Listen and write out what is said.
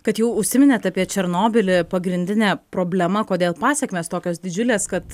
kad jau užsiminėt apie černobylį pagrindinė problema kodėl pasekmės tokios didžiulės kad